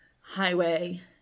Highway